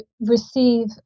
receive